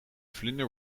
vlinder